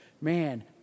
man